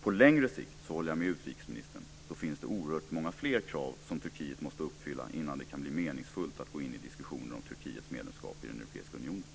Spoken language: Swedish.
På längre sikt håller jag med utrikesministern om att det finns oerhört många fler krav som Turkiet måste uppfylla innan det kan bli meningsfullt att gå in i diskussioner om Turkiets medlemskap i den europeiska unionen.